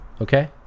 Okay